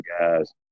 guys